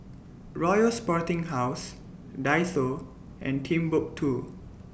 Royal Sporting House Daiso and Timbuk two